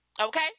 Okay